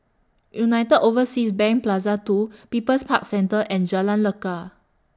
United Overseas Bank Plaza two People's Park Centre and Jalan Lekar